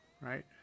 right